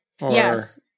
Yes